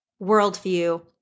worldview